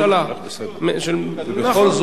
נכון, בדיוק, נכון.